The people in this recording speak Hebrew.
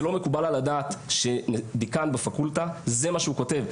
זה לא מקובל על הדעת שדיקן בפקולטה זה מה שהוא כותב.